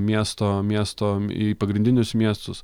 miesto miesto į pagrindinius miestus